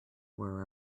were